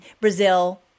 Brazil